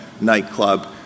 nightclub